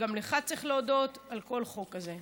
שגם לך צריך להודות על כל חוק כזה.